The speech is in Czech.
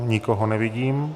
Nikoho nevidím.